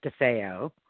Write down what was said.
DeFeo